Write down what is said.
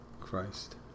Christ